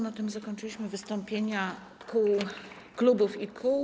Na tym zakończyliśmy wystąpienia klubów i kół.